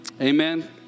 Amen